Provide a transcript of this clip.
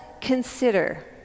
consider